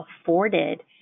afforded